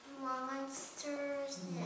monsters